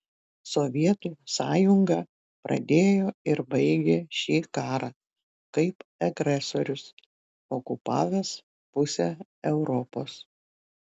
sovietų sąjunga pradėjo ir baigė šį karą kaip agresorius okupavęs pusę europos